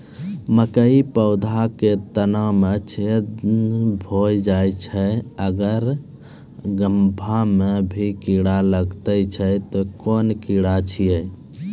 मकयक पौधा के तना मे छेद भो जायत छै आर गभ्भा मे भी कीड़ा लागतै छै कून कीड़ा छियै?